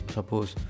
Suppose